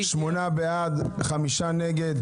שמונה בעד, חמישה נגד.